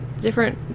different